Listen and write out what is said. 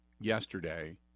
yesterday